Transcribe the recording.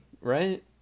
right